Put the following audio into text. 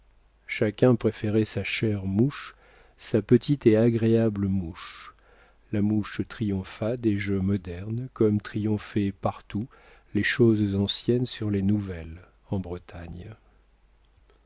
chacun préférait sa chère mouche sa petite et agréable mouche la mouche triompha des jeux modernes comme triomphaient partout les choses anciennes sur les nouvelles en bretagne